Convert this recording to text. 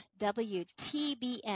WTBN